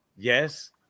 Yes